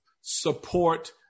support